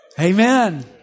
Amen